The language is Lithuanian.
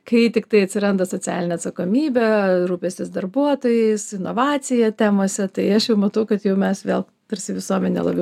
kai tiktai atsiranda socialinė atsakomybė rūpestis darbuotojais inovacija temose tai aš jau matau kad jau mes vėl tarsi visuomenė labiau